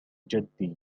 جدي